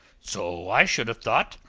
so i should have thought.